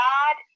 God